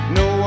no